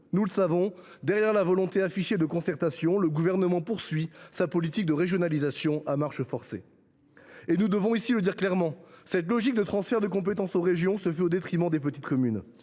Nous le savons, derrière sa volonté affichée de concertation, le Gouvernement poursuit sa politique de régionalisation à marche forcée. Nous devons ici le dire clairement : la logique de transfert de compétences aux régions se fait au détriment des petites communes.